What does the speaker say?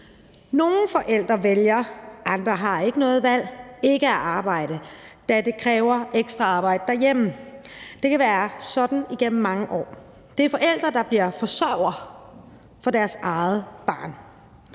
Nogle forældre vælger – andre har ikke noget valg – ikke at arbejde, da det kræver ekstra arbejde derhjemme. Det kan være sådan igennem mange år. Det er forældre, der bliver forsørgere for deres eget barn.